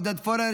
עודד פורר,